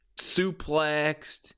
suplexed